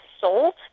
sold